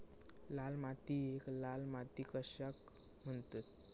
लाल मातीयेक लाल माती कशाक म्हणतत?